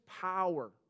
power